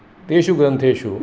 तेषु ग्रन्थेषु